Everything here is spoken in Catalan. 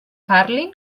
parlin